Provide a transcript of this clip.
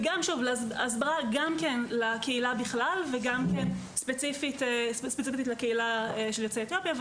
ואיך משנים את ההסברה לקהילה בכלל וספציפית לקהילת יוצאי אתיופיה.